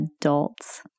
adults